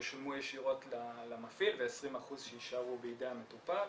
שישולמו ישירות למפעיל ו-20% שיישארו בידי המטופל.